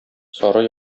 сары